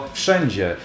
wszędzie